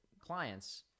clients